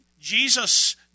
Jesus